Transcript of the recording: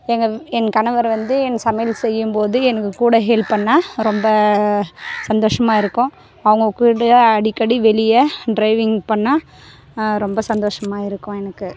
எங்கள் என் கணவர் வந்து என் சமையல் செய்யும்போது எனக்கு கூட ஹெல்ப் பண்ணால் ரொம்ப சந்தோஷமாக இருக்கும் அவங்கக்கூட அடிக்கடி வெளியே ட்ரைவிங் பண்ணிணா ரொம்ப சந்தோஷமாக இருக்கும் எனக்கு